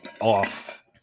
off